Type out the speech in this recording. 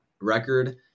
Record